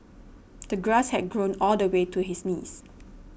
the grass had grown all the way to his knees